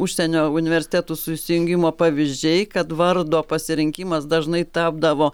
užsienio universitetų susijungimo pavyzdžiai kad vardo pasirinkimas dažnai tapdavo